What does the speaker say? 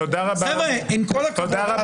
עם כל הכבוד,